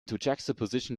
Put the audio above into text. juxtaposition